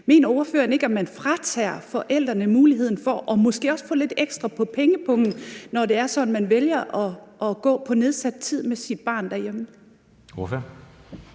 Mener ordføreren ikke, at man fratager forældrene muligheden for måske også at få lidt ekstra i pengepungen, når det er sådan, at de vælger at gå på nedsat tid med deres barn derhjemme?